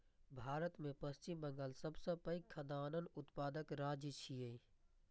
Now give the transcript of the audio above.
भारत मे पश्चिम बंगाल सबसं पैघ खाद्यान्न उत्पादक राज्य छियै